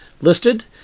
listed